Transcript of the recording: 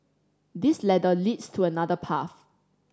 this ladder leads to another path